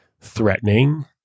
threatening